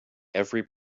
every